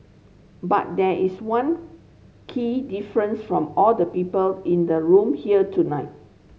but there is one key difference from all the people in the room here tonight